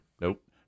Nope